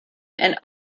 and